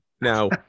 now